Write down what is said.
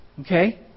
Okay